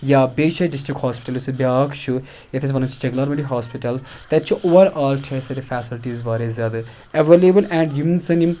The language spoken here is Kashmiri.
یا بیٚیہِ چھِ ڈِسٹرٛک ہاسپِٹل یُس ییٚتہِ بیٚاکھ چھُ یَتھ أسۍ وَنان چھِ ٹٮ۪کزانمنٹرٛی ہاسپِٹل تَتہِ چھُ اوٚوَرآل چھِ اَسہِ تتہِ فیٚسَلٹیٖز واریاہ زیادٕ اٮ۪وَلیبٕل اینڈ یِم زَن یِم